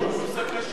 זה קשה.